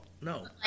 No